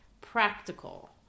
practical